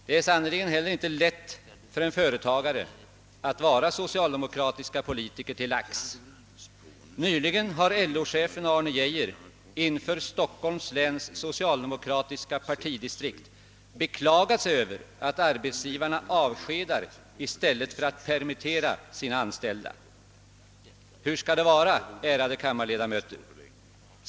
Det är sannerligen heller inte lätt för en företagare att vara socialdemokratiska politiker till lags. Nyligen har LO-chefen Arne Geijer inför Stockholms läns socialdemokratiska partidistrikt beklagat sig över att arbetsgivarna avskedar i stället för att permittera sina anställda. Hur skall det vara, ärade kammarledamöter?